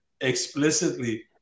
explicitly